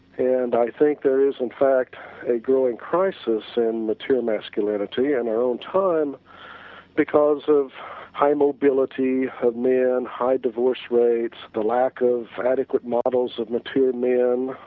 and i think there is in fact a growing crisis and mature masculinity, and our own time because of high mobility for man, high divorce rates, the lack of adequate models of mature men,